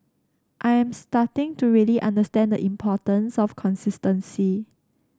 I am starting to really understand the importance of consistency